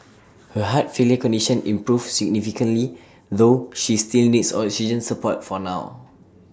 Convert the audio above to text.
her heart failure condition improved significantly though she still needs oxygen support for now